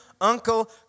uncle